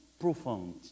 profound